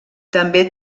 també